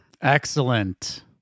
Excellent